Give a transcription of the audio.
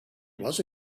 was